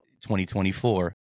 2024